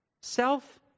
Self